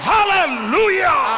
Hallelujah